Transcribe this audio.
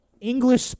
English